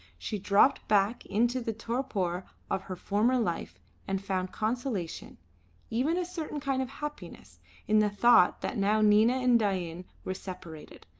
she dropped back into the torpor of her former life and found consolation even a certain kind of happiness in the thought that now nina and dain were separated,